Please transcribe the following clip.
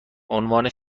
عنوان